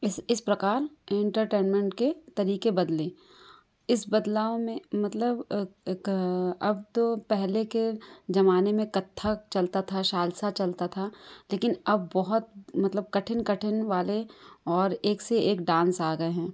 इस इस प्रकार एंटरटैनमेंट के तरीके बदले इस बदलाव में मतलब अब तो पहले के जमाने में कत्थक चलता था सालसा चलता था लेकिन अब बहुत मतलब कठिन कठिन वाले और एक से एक डांस आ गए हैं